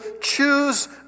choose